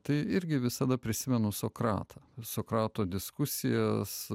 tai irgi visada prisimenu sokratą sokrato diskusijas